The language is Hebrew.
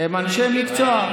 הם אנשי מקצוע.